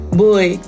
boy